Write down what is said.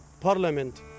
parliament